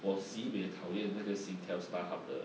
我 sibeh 讨厌那个 singtel starhub 的